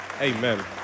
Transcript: Amen